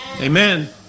Amen